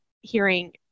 hearing